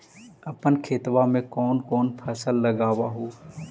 अपन खेतबा मे कौन कौन फसल लगबा हू?